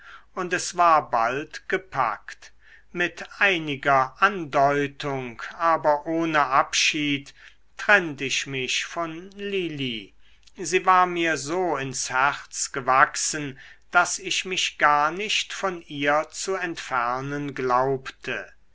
und es war bald gepackt mit einiger andeutung aber ohne abschied trennt ich mich von lili sie war mir so ins herz gewachsen daß ich mich gar nicht von ihr zu entfernen glaubte